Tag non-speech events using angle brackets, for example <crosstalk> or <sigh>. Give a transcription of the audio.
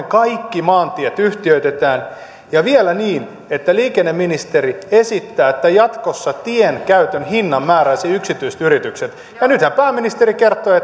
<unintelligible> kaikki maantiet yhtiöitetään ja vielä niin kuin liikenneministeri esittää että jatkossa tienkäytön hinnan määräisivät yksityiset yritykset nythän pääministeri kertoi <unintelligible>